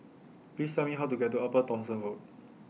Please Tell Me How to get to Upper Thomson Road